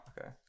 Okay